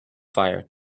fire